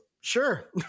Sure